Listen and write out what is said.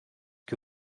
que